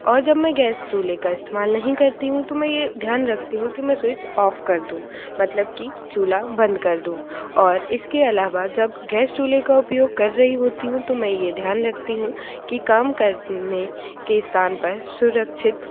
और जब मैं गैस चूल्हे का इस्तेमाल नहीं करती हूँ तो मैं ये ध्यान रखती हूँ कि मैं स्विच ऑफ कर दूँ मतलब की चूल्हा बंद कर दूँ और इसके अलावा जब गैस चूल्हे का उपयोग कर रही होती हूँ तो मैं ये ध्यान रखती हूँ कि काम करने के स्थान पर सुरक्षित